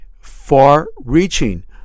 far-reaching